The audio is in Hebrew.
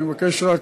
אני מבקש רק